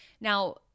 Now